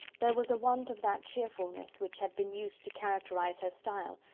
there was a want of that cheerfulness which had been used to characterise her style,